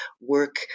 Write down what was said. work